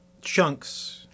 chunks